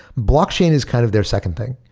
blockchain is kind of their second thing.